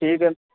ٹھیک ہے